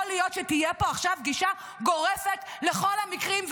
יכול להיות שתהיה פה עכשיו גישה גורפת לכל המקרים.